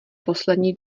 poslední